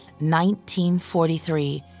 1943